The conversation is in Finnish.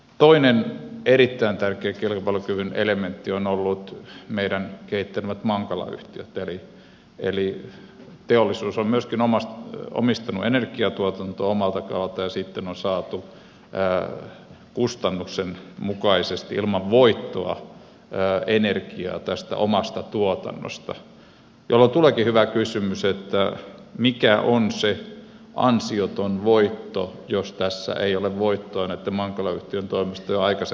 toinen erittäin tärkeä kilpailukyvyn elementti on ollut meidän kehittämämme mankala yhtiöt eli teollisuus on myöskin omistanut energiantuotantoa omalta taholta ja sitten on saatu kustannuksen mukaisesti ilman voittoa energiaa tästä omasta tuotannosta jolloin tuleekin hyvä kysymys että mikä on se ansioton voitto jos tässä ei ole voittoa näitten mankala yhtiöitten toimesta aikaisemminkaan tehty